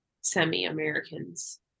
semi-Americans